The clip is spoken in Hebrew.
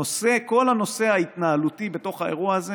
כל הנושא ההתנהלותי בתוך האירוע הזה